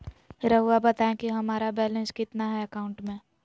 रहुआ बताएं कि हमारा बैलेंस कितना है अकाउंट में?